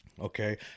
Okay